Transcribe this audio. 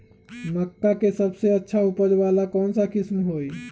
मक्का के सबसे अच्छा उपज वाला कौन किस्म होई?